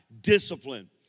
discipline